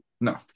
No